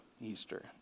Easter